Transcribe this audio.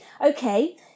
okay